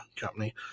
company